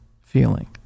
feeling